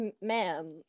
ma'am